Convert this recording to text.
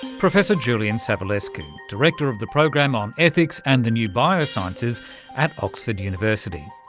professor julian savulescu, director of the program on ethics and the new biosciences at oxford university,